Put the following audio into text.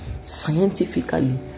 scientifically